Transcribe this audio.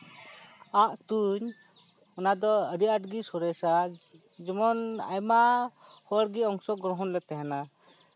ᱟᱸᱜ ᱛᱩᱧ ᱚᱱᱟ ᱫᱚ ᱟᱹᱰᱤ ᱟᱸᱴ ᱜᱮ ᱥᱚᱨᱮᱥᱟ ᱡᱮᱢᱚᱱ ᱟᱭᱢᱟ ᱦᱚᱲ ᱜᱮ ᱚᱝᱥᱚᱜᱨᱚᱦᱚᱱ ᱞᱮ ᱛᱟᱦᱮᱱᱟ